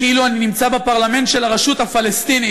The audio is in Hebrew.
כאילו אני נמצא בפרלמנט של הרשות הפלסטינית.